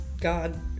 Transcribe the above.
God